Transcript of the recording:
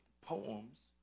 poems